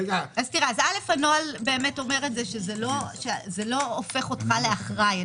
הנוהל אומר שזה לא הופך אותך לאחראי.